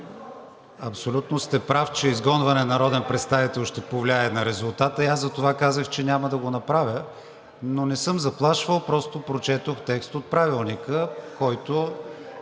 Абсолютно сте прав, че изгонване на народен представител ще повлияе на резултата, и аз затова казах, че няма да го направя. Но не съм заплашвал, просто прочетох текст от Правилника, който